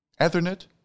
Ethernet